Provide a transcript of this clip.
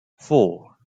four